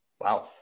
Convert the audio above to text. Wow